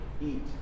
eat